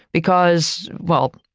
because well,